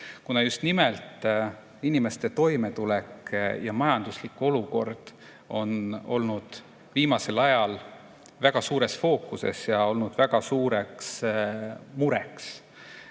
kuna just nimelt inimeste toimetulek ja majanduslik olukord on olnud viimasel ajal väga suures fookuses ja see on olnud väga suur mure